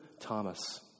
Thomas